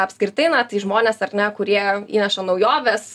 apskritai na tai žmonės ar ne kurie įneša naujoves